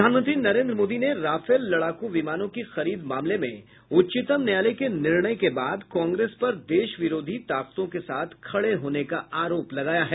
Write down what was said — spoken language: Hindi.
प्रधानमंत्री नरेन्द्र मोदी ने राफेल लड़ाकू विमानों की खरीद मामले में उच्चतम न्यायालय के निर्णय के बाद कांग्रेस पर देशविरोधी ताकतों के साथ खड़े होने का आरोप लगाया है